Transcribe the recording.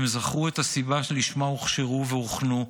הם זכרו את הסיבה שלשמה הוכשרו והוכנו,